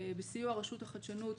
בסיוע רשות החדשנות,